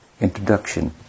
introduction